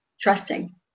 trusting